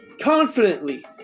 Confidently